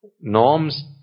norms